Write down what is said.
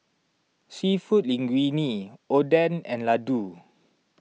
Seafood Linguine Oden and Ladoo